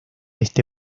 este